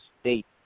state